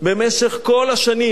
במשך כל השנים.